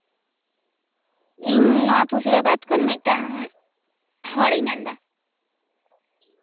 ᱤᱧ ᱚᱱᱟ ᱯᱩᱥᱲᱟᱹᱵᱟᱫᱽ ᱠᱷᱚᱱ ᱢᱤᱫᱴᱟᱝ ᱦᱚᱲᱤᱧ ᱢᱮᱱᱫᱟ